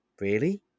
Really